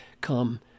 come